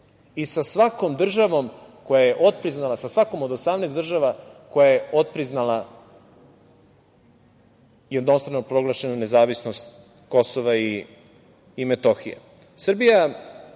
sa svakom od 18 draža koja je otpriznala jednostranu proglašenu nezavisnost Kosova i Metohije. Srbija